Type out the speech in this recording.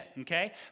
okay